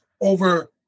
over